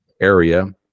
area